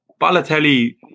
Balotelli